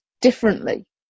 differently